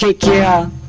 ah k a